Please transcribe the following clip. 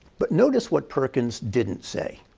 but notice what perkins didn't say.